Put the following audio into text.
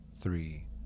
three